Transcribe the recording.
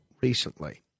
recently